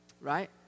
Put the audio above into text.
right